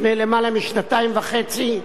לפני למעלה משנתיים וחצי,